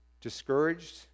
discouraged